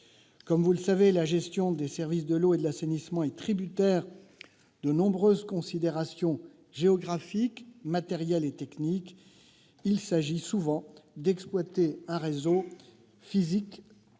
Comme vous le savez, la gestion des services de l'eau et de l'assainissement est tributaire de nombreuses considérations géographiques, matérielles et techniques : il s'agit souvent d'exploiter un réseau physique